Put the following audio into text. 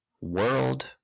world